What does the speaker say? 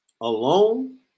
alone